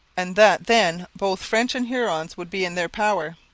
and that then both french and hurons would be in their power.